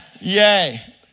Yay